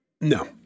No